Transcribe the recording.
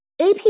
ap